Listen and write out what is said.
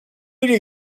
you